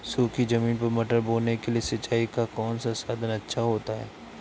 सूखी ज़मीन पर मटर बोने के लिए सिंचाई का कौन सा साधन अच्छा होता है?